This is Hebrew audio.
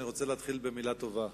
אני רוצה להתחיל במלה טובה,